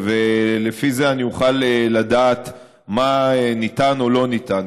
ולפי זה אני אוכל לדעת מה ניתן או לא ניתן.